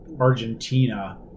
Argentina